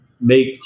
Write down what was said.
make